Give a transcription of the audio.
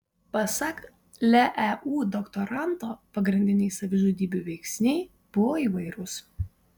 pasak leu doktoranto pagrindiniai savižudybių veiksniai buvo įvairūs